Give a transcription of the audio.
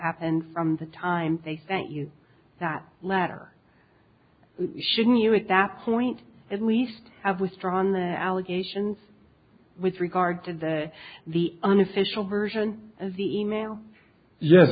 happened from the time they sent you that letter shouldn't you adapt point at least have withdrawn allegations with regard to the unofficial version as the email ye